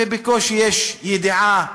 ובקושי יש ידיעה,